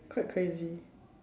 quite crazy